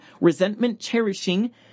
resentment-cherishing